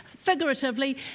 Figuratively